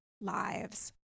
lives